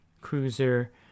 Cruiser